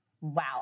wow